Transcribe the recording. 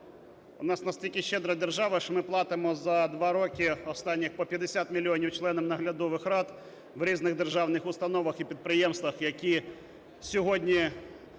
в нас настільки щедра держава, що ми платимо за два роки останні по 50 мільйонів членам наглядових рад у різних державних установах і підприємствах, які сьогодні